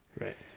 right